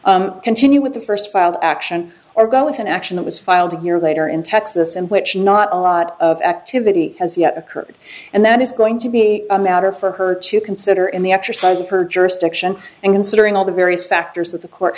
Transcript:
should continue with the first filed action or go with an action that was filed here later in texas in which not a lot of activity has yet occurred and that it's going to be a matter for her to consider in the exercise of her jurisdiction and considering all the various factors that the court